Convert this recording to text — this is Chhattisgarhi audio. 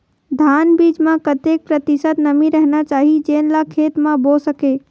धान बीज म कतेक प्रतिशत नमी रहना चाही जेन ला खेत म बो सके?